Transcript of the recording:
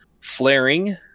Flaring